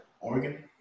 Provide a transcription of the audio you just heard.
Oregon